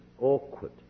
awkward